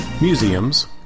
museums